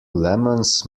lemons